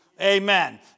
Amen